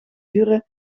duren